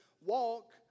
walk